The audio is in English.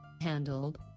handled